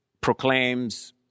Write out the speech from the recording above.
proclaims